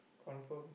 confirm